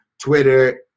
Twitter